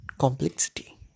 complexity